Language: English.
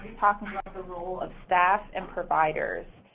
talking about the role of staff and providers.